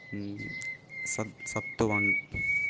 సత్ సత్తువన్